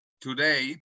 Today